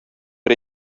бер